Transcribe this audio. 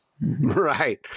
Right